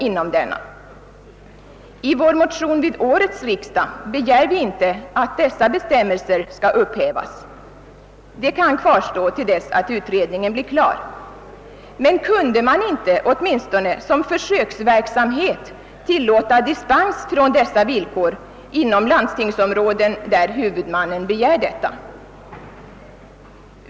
I vår motion till årets riksdag begär vi inte att dessa bestämmelser skall upphävas — de kan kvarstå tills utredningen blir klar. Men kan man inte åtminstone som försöksverksamhet tillåta dispens från dessa villkor inom landstingsområden där huvudmännen begär detta?